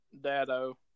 Dado